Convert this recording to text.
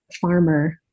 farmer